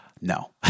No